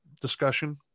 discussion